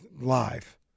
live